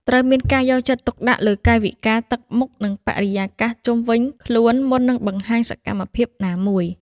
ត្រូវមានការយកចិត្តទុកដាក់លើកាយវិការ ទឹកមុខ និងបរិយាកាសជុំវិញខ្លួន មុននឹងបង្ហាញសកម្មភាពណាមួយ។